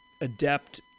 adept